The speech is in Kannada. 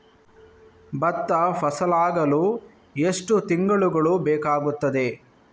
ಭತ್ತ ಫಸಲಾಗಳು ಎಷ್ಟು ತಿಂಗಳುಗಳು ಬೇಕಾಗುತ್ತದೆ?